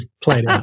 played